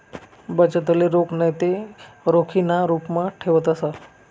बचतले रोख नैते रोखीना रुपमा ठेवतंस